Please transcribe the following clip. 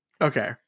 Okay